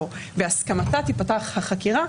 או בהסכמתה תיפתח החקירה,